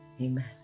Amen